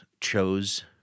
chose